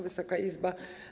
Wysoka Izbo!